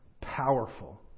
powerful